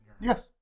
Yes